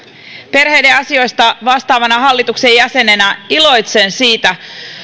perheiden asioista vastaavana hallituksen jäsenenä iloitsen siitä